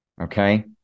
okay